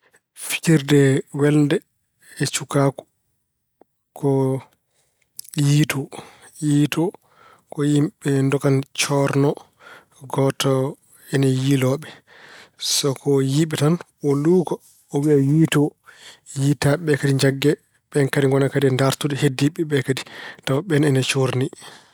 Firjirde welnde e cukaagu ko yiytoo. Yiytoo, ko yimɓe ndogan coorno gooto ina yiyloo ɓe. So ko yiyi ɓe tan o luuka, o wiya yiytoo. Yiytaaɓe ɓe kadi njagge, ɓe kadi gona e ndaartude heddiiɓe ɓe kadi, tawa ɓeen ina coorni.